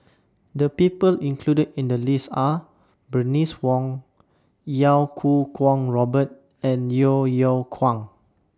The People included in The list Are Bernice Wong Iau Kuo Kwong Robert and Yeo Yeow Kwang